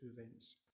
events